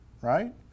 right